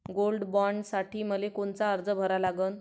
Gold बॉण्डसाठी मले कोनचा अर्ज भरा लागन?